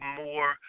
more